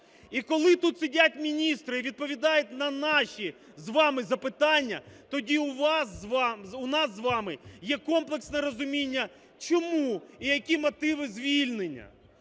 І коли тут сидять міністри і відповідають на наші з вами запитання, тоді у нас з вами є комплексне розуміння, чому і які мотиви звільнення.